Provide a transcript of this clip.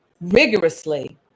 rigorously